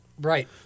Right